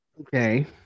Okay